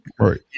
Right